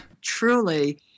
truly